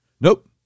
Nope